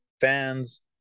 fans